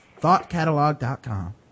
thoughtcatalog.com